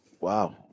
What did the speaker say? Wow